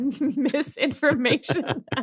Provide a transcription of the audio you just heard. Misinformation